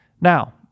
Now